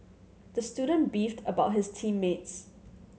the student beefed about his team mates